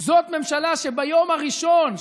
זאת ממשלה שביום הראשון,